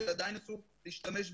שעדין אסור להשתמש בהם,